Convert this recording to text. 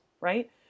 right